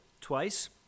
twice